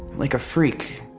like a freak.